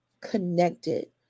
connected